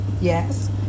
yes